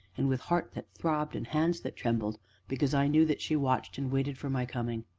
and with heart that throbbed and hands that trembled because i knew that she watched and waited for my coming.